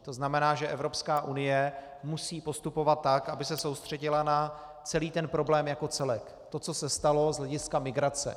To znamená, že Evropská unie musí postupovat tak, aby se soustředila na celý ten problém jako celek, to, co se stalo z hlediska migrace.